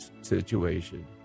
situation